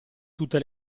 tutte